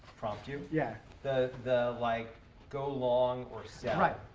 prompt you? yeah. the the like go long or sell. right,